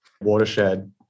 watershed